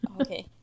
okay